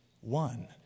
one